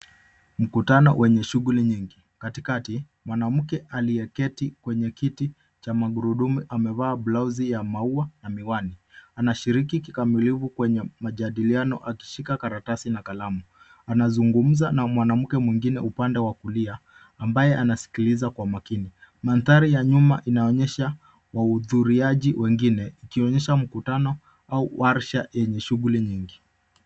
Mkutanao wenye shughuli nyingi. Katikati, mwanamke aliyeketi kwenye kiti cha magurudumu amevaa blausi ya maua na miwani, anashiriki kikamilifu kwenye majadiliano akishika karatasi na kalamu. Anazungumza na mwanamke mwingine upande wa kulia ambaye anasikiliza kwa makini. Mandhari ya nyuma inaonyesha wahudhuriaji wengine ikionyesha mkutano au warsha yenye shughuli nyingi.